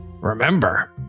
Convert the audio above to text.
remember